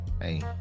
Hey